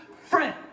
friend